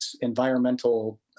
environmental